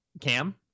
Cam